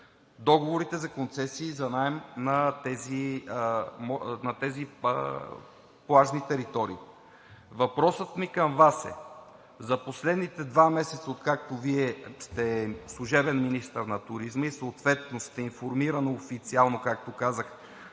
договорите за концесии и за наем на тези плажни територии. Въпросът ми към Вас е: за последните два месеца, откакто Вие сте служебен министър на туризма и съответно сте информирана официално, както казах,